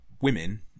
women